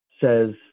says